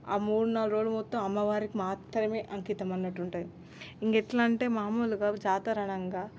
ఆ మూడు నాలుగు రోజులు మొత్తం అమ్మవారికి మాత్రమే అంకితం అన్నట్టు ఉంటుంది ఇంకా ఎట్లా అంటే మామూలుగా జాతర అనగా